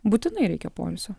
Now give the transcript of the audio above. būtinai reikia poilsio